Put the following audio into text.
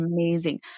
amazing